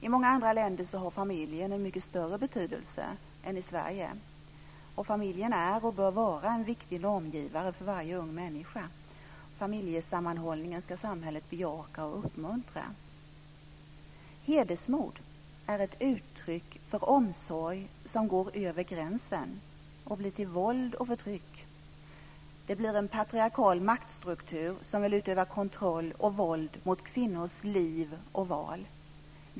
I många andra länder har familjen en mycket större betydelse än i Sverige. Familjen är och bör vara en viktig normgivare för varje ung människa. Samhället ska bejaka och uppmuntra familjesammanhållning. Hedersmord är ett uttryck för en omsorg som går över gränsen och blir till våld och förtryck. Det är en patriarkal maktstruktur som vill utöva kontroll och våld mot kvinnors liv och val.